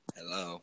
Hello